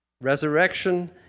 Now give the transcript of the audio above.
Resurrection